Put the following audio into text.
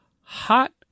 hot